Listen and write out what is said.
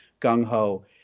gung-ho